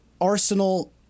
Arsenal